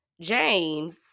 James